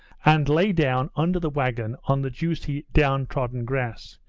and lay down under the wagon on the juicy down-trodden grass.